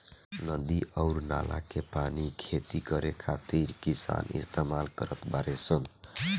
नदी अउर नाला के पानी खेती करे खातिर किसान इस्तमाल करत बाडे सन